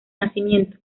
nacimiento